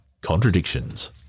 contradictions